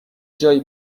جایی